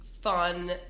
fun